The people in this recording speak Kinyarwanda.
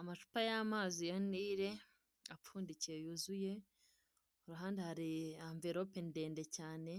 Amacupa y'amazi ya Nile apfundikiye yuzuye iruhande hari envilope ndende cyane